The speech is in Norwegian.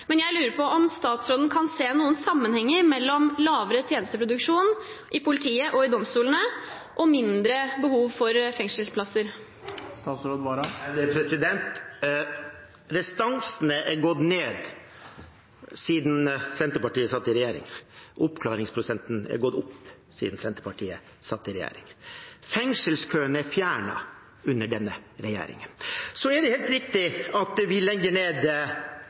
Men jeg lurer på om statsråden kan se noen sammenhenger mellom lavere tjenesteproduksjon i politiet og i domstolene og mindre behov for fengselsplasser. Restansene har gått ned siden Senterpartiet satt i regjering. Oppklaringsprosenten har gått opp siden Senterpartiet satt i regjering. Fengselskøen er fjernet under denne regjeringen. Det er helt riktig at vi legger ned